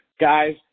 guys